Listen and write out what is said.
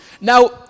Now